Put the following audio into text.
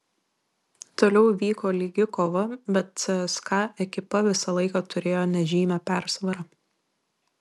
toliau vyko lygi kova bet cska ekipa visą laiką turėjo nežymią persvarą